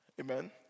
Amen